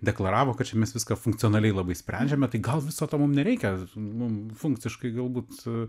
deklaravo kad čia mes viską funkcionaliai labai sprendžiame tai gal viso to mum nereikia mum funkciškai galbūt